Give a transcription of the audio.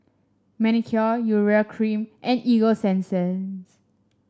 Manicare Urea Cream and Ego Sunsense